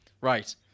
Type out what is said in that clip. right